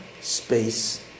space